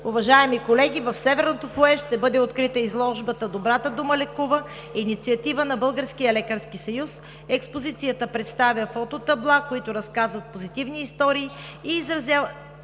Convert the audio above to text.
Уважаеми колеги, в Северното фоайе ще бъде открита изложбата „Добрата дума лекува“. Инициативата е на Българския лекарски съюз. Експозицията представя фототабла, които разказват позитивни истории и изразяват